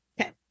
Okay